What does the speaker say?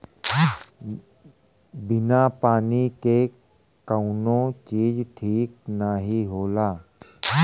बिना पानी के कउनो चीज ठीक नाही होला